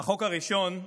אחת המדינות הראשונות